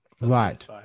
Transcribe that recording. Right